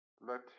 Let